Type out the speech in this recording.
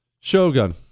Shogun